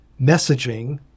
messaging